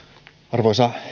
arvoisa